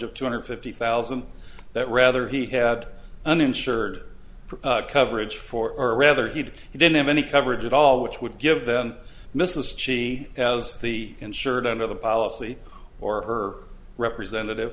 of two hundred fifty thousand that rather he had uninsured coverage for rather he did he didn't have any coverage at all which would give then mrs she as the insured under the policy or her representative